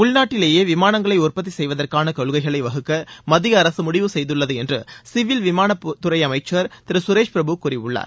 உள்நாட்டிலேயே விமானங்களை உற்பத்தி செய்வதற்கான கொள்கைகளை வகுக்க மத்திய அரசு முடிவு செய்துள்ளது என்று சிவில் விமானத்துறை அமைச்சர் திரு சுரேஷ் பிரபு கூறியுள்ளார்